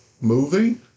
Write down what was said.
movie